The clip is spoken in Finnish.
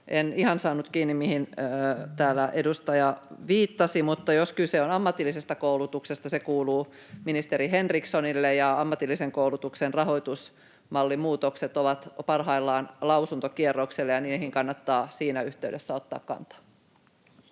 En ihan saanut kiinni, mihin täällä edustaja viittasi, mutta jos kyse on ammatillisesta koulutuksesta, se kuuluu ministeri Henrikssonille. Ammatillisen koulutuksen rahoitusmallin muutokset ovat parhaillaan lausuntokierroksella, ja niihin kannattaa siinä yhteydessä ottaa kantaa.